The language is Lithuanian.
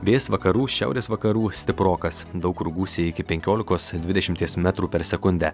vėjas vakarų šiaurės vakarų stiprokas daug kur gūsiai iki penkiolikos dvidešimties metrų per sekundę